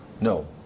no